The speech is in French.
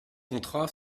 contrats